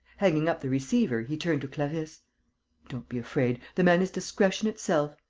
hanging up the receiver, he turned to clarisse don't be afraid. the man is discretion itself.